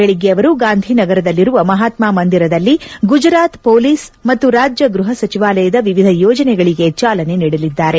ಬೆಳಿಗ್ಗೆ ಅವರು ಗಾಂಧಿ ನಗರದಲ್ಲಿರುವ ಮಹಾತ್ಮ ಮಂದಿರದಲ್ಲಿ ಗುಜರಾತ್ ಷೊಲೀಸ್ ಮತ್ತು ರಾಜ್ಯ ಗೃಹ ಸಚಿವಾಲಯದ ವಿವಿಧ ಯೋಜನೆಗಳಿಗೆ ಚಾಲನೆ ನೀಡಲಿದ್ದಾರೆ